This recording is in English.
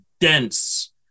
dense